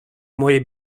moje